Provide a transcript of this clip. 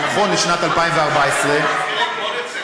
לא מוכנים לשבת בבית, אין לי ספק.